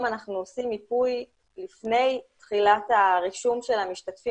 סיימנו רק 14. היום אנחנו עושים מיפוי לפני תחילת הרישום של המשתתפים